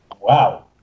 Wow